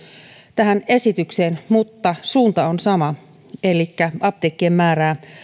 tähän esitykseen mutta suunta on sama elikkä apteekkien määrää